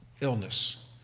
illness